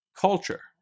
culture